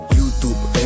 YouTube